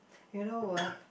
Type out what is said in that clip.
you know what